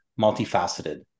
multifaceted